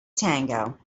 tango